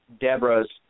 Deborah's